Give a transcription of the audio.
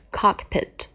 cockpit